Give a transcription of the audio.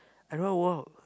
I don't want walk